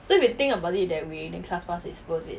so if you think about it that way then class pass is worth it